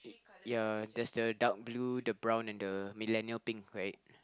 ya there's the dark blue the brown and the millennial pink right